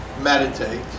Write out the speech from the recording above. meditate